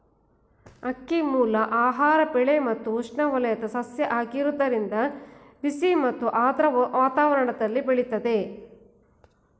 ಅಕ್ಕಿಮೂಲ ಆಹಾರ ಬೆಳೆ ಮತ್ತು ಉಷ್ಣವಲಯದ ಸಸ್ಯ ಆಗಿರೋದ್ರಿಂದ ಬಿಸಿ ಮತ್ತು ಆರ್ದ್ರ ವಾತಾವರಣ್ದಲ್ಲಿ ಬೆಳಿತದೆ